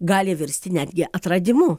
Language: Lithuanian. gali virsti netgi atradimu